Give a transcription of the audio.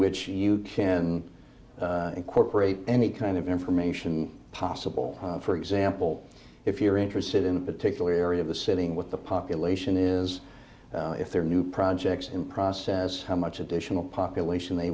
which you can incorporate any kind of information possible for example if you're interested in a particular area of the sitting with the population that is if there are new projects in process how much additional population they